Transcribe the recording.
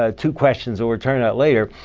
ah two questions that we're turning out later.